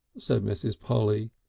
said mrs. polly,